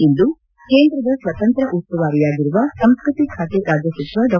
ಇಂದು ಕೇಂದ್ರದ ಸ್ವತಂತ್ರ ಉಸ್ತುವಾರಿಯಾಗಿರುವ ಸಂಸ್ಕೃತಿ ಖಾತೆ ರಾಜ್ಯ ಸಚಿವ ಡಾ